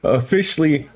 officially